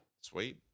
Sweet